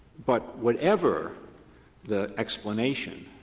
but whatever the explanation,